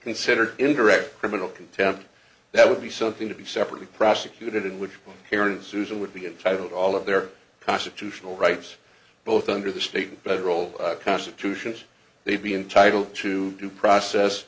considered indirect criminal contempt that would be something to be separately prosecuted in which parents susan would be entitled to all of their constitutional rights both under the state and federal constitutions they'd be entitled to due process